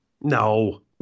No